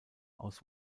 aus